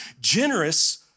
generous